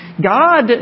God